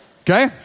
Okay